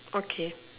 okay